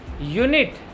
unit